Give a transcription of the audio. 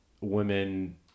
women